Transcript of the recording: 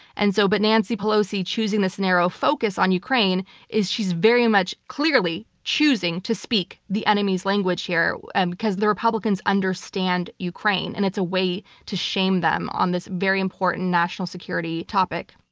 and so but nancy pelosi choosing the scenario of focus on ukraine is she's very much, clearly, choosing to speak the enemy's language here and because the republicans understand ukraine and it's a way to shame them on this very important national security topic.